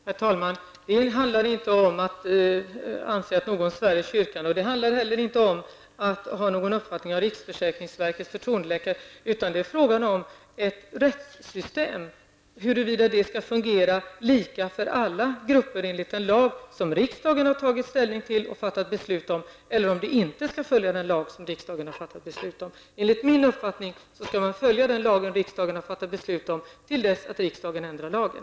Herr talman! Det handlar inte om att jag anser att någon svär i kyrkan, och det handlar heller inte om att ha någon uppfattning om riksförsäkringsverkets förtroendeläkare. Det är i stället fråga om ett rättssystem och huruvida detta skall fungera lika för alla grupper enligt den lag som riksdagen har tagit ställning till och fattat beslut om eller inte följa den lag som riksdagen har fattat beslut om. Enligt min mening skall man följa den lag som riksdagen har fattat beslut om till dess att riksdagen ändrar lagen.